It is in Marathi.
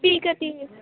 ठीक आहे ठी